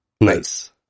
Nice